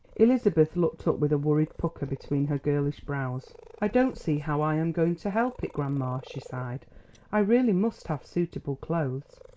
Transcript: elizabeth looked up with a worried pucker between her girlish brows. i don't see how i am going to help it, grandma, she sighed i really must have suitable clothes.